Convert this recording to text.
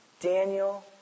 Daniel